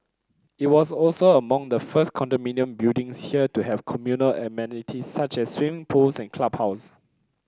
it was also among the first condominium buildings here to have communal amenities such as swim pools and clubhouses